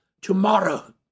tomorrow